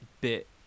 bit